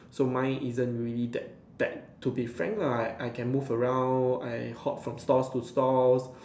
so mine isn't really that bad to be frank lah I can move around I hop from stores to stores